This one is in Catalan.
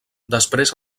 després